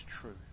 truth